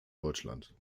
deutschland